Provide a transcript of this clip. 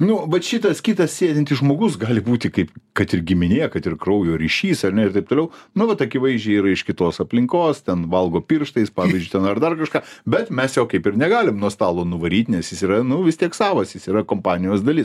nu vat šitas kitas sėdintis žmogus gali būti kaip kad ir giminė kad ir kraujo ryšys ar ne ir taip toliau nu vat akivaizdžiai yra iš kitos aplinkos ten valgo pirštais pavyzdžiui ten ar dar kažką bet mes jo kaip ir negalim nuo stalo nuvaryt nes jis yra nu vis tiek savas jis yra kompanijos dalis